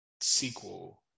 sequel